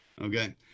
Okay